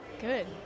Good